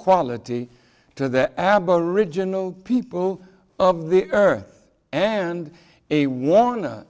equality to the aboriginal people of the earth and a warning